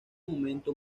momento